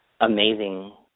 amazing